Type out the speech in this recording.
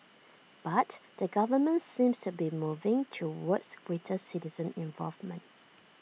but the government seems to be moving towards greater citizen involvement